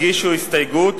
הגישו הסתייגות,